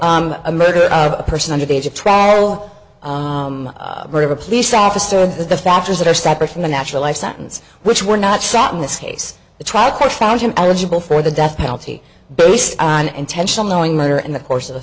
or a murder of a person under the age of travel of a police officer the factors that are separate from the natural life sentence which were not shot in this case the trial court found him eligible for the death penalty based on intentional knowing murder in the course of